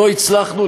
לא הצלחנו,